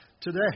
today